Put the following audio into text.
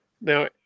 Now